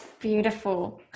beautiful